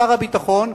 שר הביטחון,